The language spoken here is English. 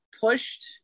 pushed